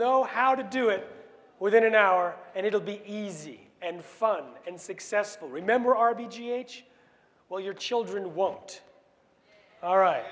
know how to do it within an hour and it will be easy and fun and successful remember r b g h well your children won't all right